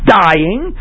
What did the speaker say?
dying